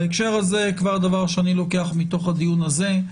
בהקשר הזה כבר דבר שאני לוקח מתוך הדיון הזה,